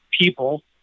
people